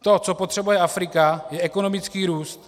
To, co potřebuje Afrika, je ekonomický růst.